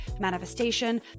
manifestation